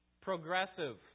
progressive